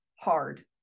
hard